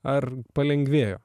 ar palengvėjo